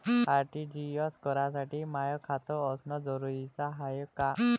RTGS करासाठी माय खात असनं जरुरीच हाय का?